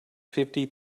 fifty